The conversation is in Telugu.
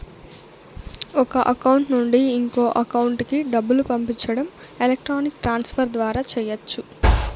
ఒక అకౌంట్ నుండి ఇంకో అకౌంట్ కి డబ్బులు పంపించడం ఎలక్ట్రానిక్ ట్రాన్స్ ఫర్ ద్వారా చెయ్యచ్చు